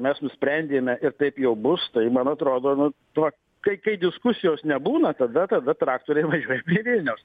mes nusprendėme ir taip jau bus todėl man atrodo nu tuo kai kai diskusijos nebūna tada tada traktoriai važiuoja prie vilniaus